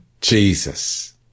Jesus